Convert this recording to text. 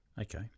Okay